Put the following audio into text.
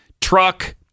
truck